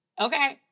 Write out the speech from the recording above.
Okay